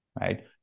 right